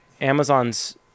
amazon's